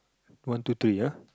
one two three ah